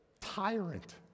tyrant